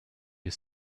you